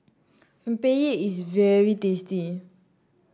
rempeyek is very tasty